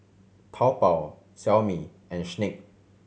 Taobao Xiaomi and Schick